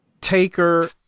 Taker